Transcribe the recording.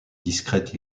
discrète